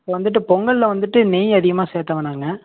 இப்போ வந்துட்டு பொங்கலில் வந்துட்டு நெய் அதிகமாக சேர்த்த வேணாங்க